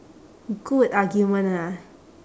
good argument ah